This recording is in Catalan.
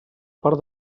part